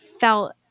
felt